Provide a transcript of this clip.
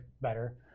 better